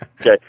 okay